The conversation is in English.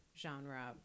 genre